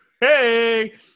Hey